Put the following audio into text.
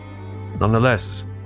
Nonetheless